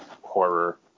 horror